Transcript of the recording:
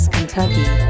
Kentucky